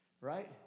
Right